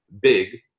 big